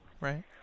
right